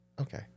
Okay